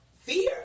fear